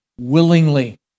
willingly